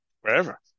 wherever